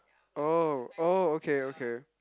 oh oh okay okay